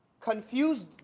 confused